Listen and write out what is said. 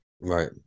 Right